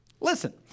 Listen